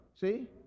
see